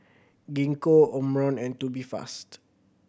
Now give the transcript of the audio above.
Gingko Omron and Tubifast